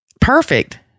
Perfect